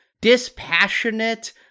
dispassionate